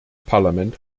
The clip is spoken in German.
parlament